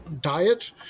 diet